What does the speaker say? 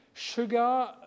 Sugar